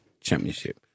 championship